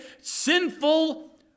sinful